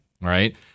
right